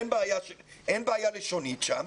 אין שם בעיה לשונית, הם